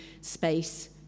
space